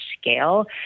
scale